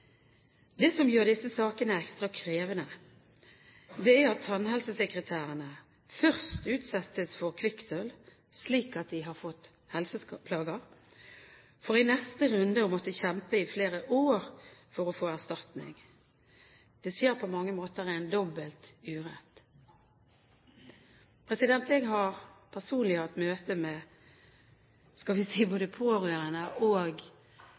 Det som gjør disse sakene ekstra krevende, er at tannhelsesekretærene først utsettes for kvikksølv slik at de har fått helseplager, for så i neste runde å måtte kjempe i flere år for å få erstatning. Det skjer på mange måter en dobbel urett. Jeg har personlig hatt møter med, skal vi si, både pårørende og